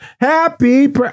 happy